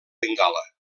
bengala